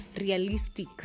realistic